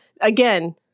again